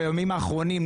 בימים האחרונים,